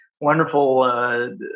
wonderful